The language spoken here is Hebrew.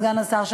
סגן השר,